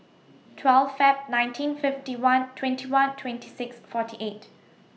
twelve Feb nineteen fifty one twenty one twenty six forty eight